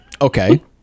okay